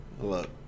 Look